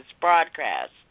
broadcast